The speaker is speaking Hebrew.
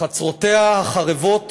מחצרותיה החרבות